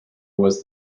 was